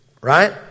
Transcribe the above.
Right